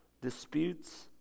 disputes